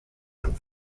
and